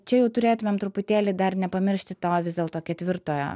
čia jau turėtumėm truputėlį dar nepamiršti to vis dėlto ketvirtojo